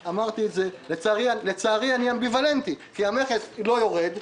לצערי אני אמביוולנטי כי המכס לא יורד.